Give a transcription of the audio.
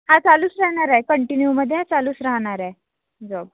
हा चालूच राहणार आहे कंटिन्यूमध्ये चालूच राहणार आहे जॉब